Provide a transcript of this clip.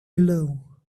below